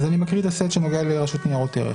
אז אני מקריא את הסט שמגיע מהרשות לניירות ערך: